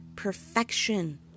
Perfection